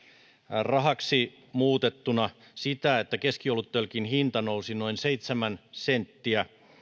rahaksi muutettuna sitä että keskioluttölkin hinta nousisi noin seitsemän senttiä